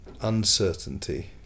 uncertainty